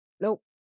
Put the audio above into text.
nope